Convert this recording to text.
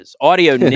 audio